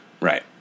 Right